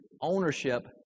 ownership